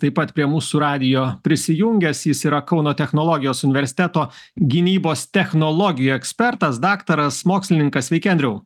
taip pat prie mūsų radijo prisijungęs jis yra kauno technologijos universiteto gynybos technologijų ekspertas daktaras mokslininkas sveiki andriau